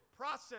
Process